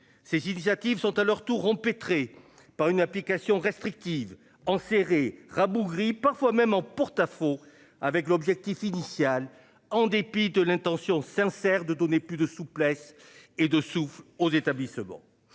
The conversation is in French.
Ces initiatives sont à leur tour empêtrée par une application restrictive enserré rabougrie parfois même en porte-à-faux avec l'objectif initial en dépit de l'intention sincère de donner plus de souplesse et de sous aux établissements.